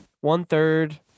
one-third